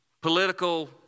political